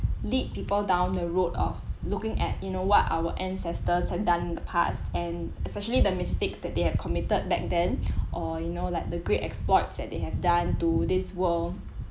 lead people down the road of looking at you know what our ancestors have done in the past and especially the mistakes that they have committed back then or you know like the great exploits that they have done to this world